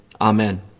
amen